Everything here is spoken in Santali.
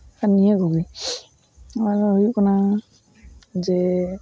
ᱟᱨ ᱱᱤᱭᱟᱹ ᱠᱚᱜᱮ ᱚᱱᱟ ᱫᱚ ᱦᱩᱭᱩᱜ ᱠᱟᱱᱟ ᱡᱮ